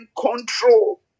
control